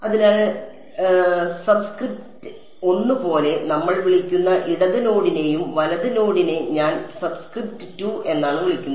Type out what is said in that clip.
അതിനാൽ സബ്സ്ക്രിപ്റ്റ് 1 പോലെ നമ്മൾ വിളിക്കുന്ന ഇടത് നോഡിനെയും വലത് നോഡിനെ ഞാൻ സബ്സ്ക്രിപ്റ്റ് 2 എന്നാണ് വിളിക്കുന്നത്